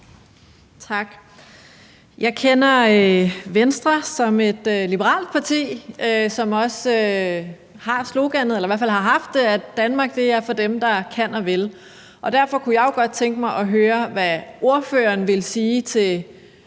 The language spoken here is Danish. Tak. Jeg kender Venstre som et liberalt parti, som også har sloganet, eller i hvert fald har haft det, at Danmark er for dem, der kan og vil. Derfor kunne jeg godt tænke mig at høre, hvad ordføreren vil sige til